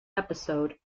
episode